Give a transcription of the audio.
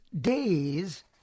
days